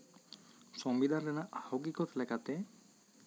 ᱥᱚᱝᱵᱤᱫᱷᱟᱱ ᱨᱮᱱᱟᱜ ᱦᱚᱜᱤᱠᱚᱛ ᱞᱮᱠᱟᱛᱮ